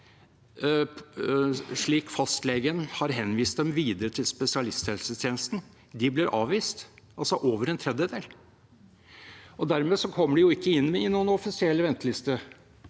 lidelser og er henvist videre til spesialisthelsetjenesten av fastlegen, blir avvist, altså over en tredjedel. Dermed kommer de ikke inn i noen offisiell venteliste